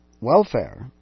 welfare